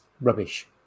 rubbish